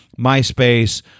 MySpace